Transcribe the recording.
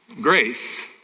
Grace